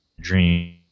dream